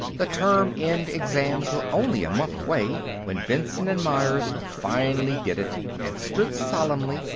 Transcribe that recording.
the term-end exams were only a month away when benson and myers finally did it, and stood solemnly,